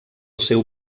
seu